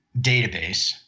database